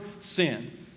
sin